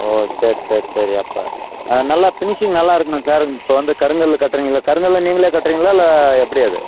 ஓ சரி சரி சரி அப்போ ஆ நல்லா ஃபினிஷிங் நல்லாருக்ணும் சார் இப்போ வந்து கருங்கல் கட்டுறிங்கள கருங்கல் நீங்களே கட்டுறிங்ளா இல்லை எப்படி அது